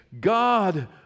God